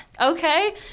Okay